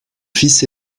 fils